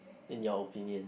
in your opinion